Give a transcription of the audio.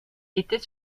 était